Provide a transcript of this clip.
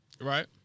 Right